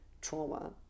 trauma